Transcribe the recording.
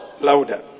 Louder